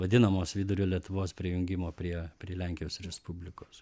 vadinamos vidurio lietuvos prijungimo prie prie lenkijos respublikos